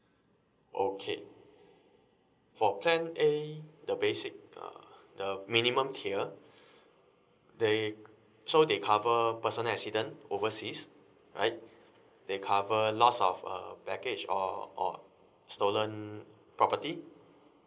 okay for plan a the basic uh the minimum tier they so they cover personal accident overseas right they cover lost of uh baggage or or stolen property